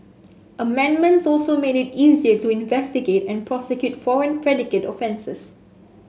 amendments also made it easier to investigate and prosecute foreign predicate offences